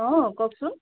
অ কওকচোন